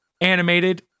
Animated